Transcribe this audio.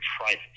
private